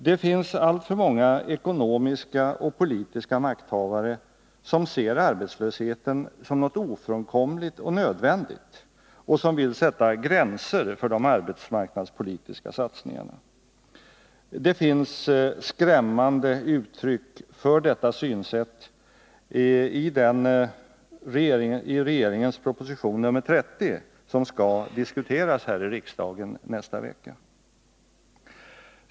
Det finns alltför många ekonomiska och politiska makthavare som ser arbetslösheten som något ofrånkomligt och nödvändigt, och som vill sätta gränser för de arbetsmarknadspolitiska satsningarna. Det finns skrämmande uttryck för detta synsätt i regeringens proposition nr 30, som skall diskuteras här i riksdagen nästa vecka.